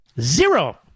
zero